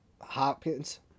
Hopkins